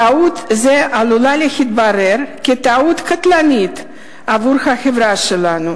טעות זו עלולה להתברר כטעות קטלנית עבור החברה שלנו,